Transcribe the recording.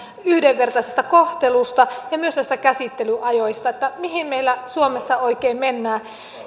yhdenvertaisesta kohtelusta ja myös käsittelyajoista että mihin meillä suomessa oikein mennään